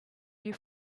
you